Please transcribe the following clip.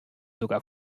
sogar